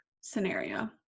scenario